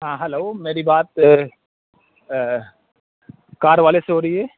ہاں ہیلو میری بات کار والے سے ہو رہی ہے